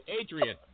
Adrian